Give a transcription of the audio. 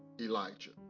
Elijah